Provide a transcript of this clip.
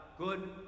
Good